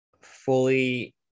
fully